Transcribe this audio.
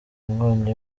inkongi